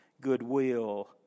goodwill